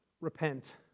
repent